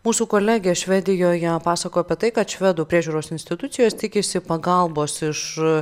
mūsų kolegė švedijoje pasakojo apie tai kad švedų priežiūros institucijos tikisi pagalbos iš